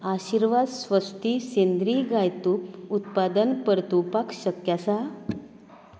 आशिर्वाद स्वस्ति सेंद्रीय गाय तूप उत्पादन परतुवपाक शक्य आसा